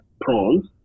prawns